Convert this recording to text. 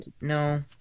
No